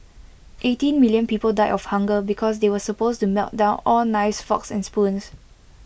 eighteen million people died of hunger because they were supposed to melt down all knives forks and spoons